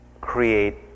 create